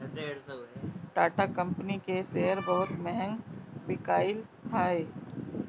Tata company के share बहुते महंग बिकाईल हअ